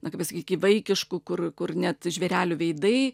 na kaip pasakyt iki vaikiškų kur kur net žvėrelių veidai